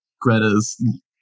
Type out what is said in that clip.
Greta's